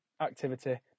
activity